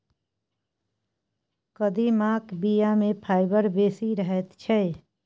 कदीमाक बीया मे फाइबर बेसी रहैत छै